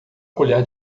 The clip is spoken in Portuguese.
colher